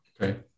Okay